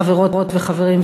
חברות וחברים,